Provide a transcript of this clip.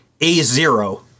A-zero